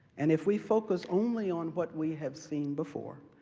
and if we focus only on what we have seen before,